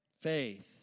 faith